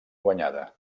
guanyada